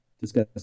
discuss